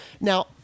Now